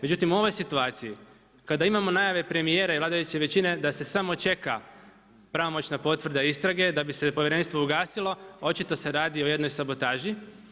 Međutim u ovoj situaciji, kada imamo najave premijera i vladajuće većine da se samo čeka pravomoćna potvrda istrage da bi se povjerenstvo ugasilo, očito se radi o jednoj sabotaži.